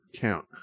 count